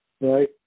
Right